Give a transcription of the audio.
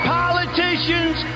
politicians